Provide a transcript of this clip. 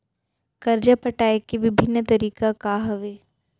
करजा पटाए के विभिन्न तरीका का हवे?